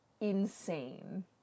insane